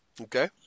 Okay